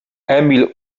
emil